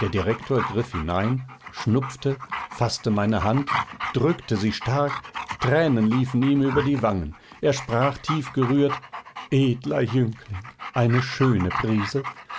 der rektor griff hinein schnupfte faßte meine hand drückte sie stark tränen liefen ihm über die wangen er sprach tiefgerührt edler jüngling eine schöne prise